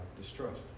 distrust